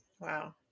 Wow